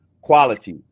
quality